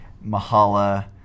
Mahala